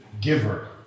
giver